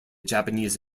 japanese